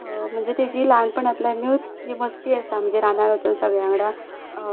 म्हणजे तेजी ल्हानपणांतल्यानूच जी मस्ती आसा म्हणजे रानान वसोन सगल्या वांगडा